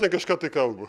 ten kažką tai kalba